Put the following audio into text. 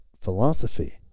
philosophy